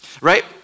right